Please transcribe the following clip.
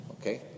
okay